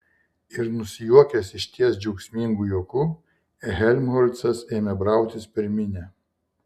ir nusijuokęs išties džiaugsmingu juoku helmholcas ėmė brautis per minią